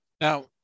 Now